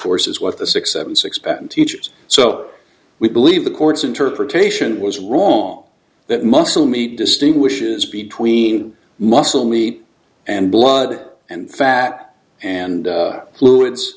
course is what the six seven six patent teachers so we believe the court's interpretation was wrong that muscle meat distinguishes between muscle meat and blood and fat and fluids